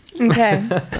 Okay